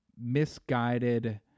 misguided